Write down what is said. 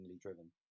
driven